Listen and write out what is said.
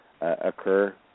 occur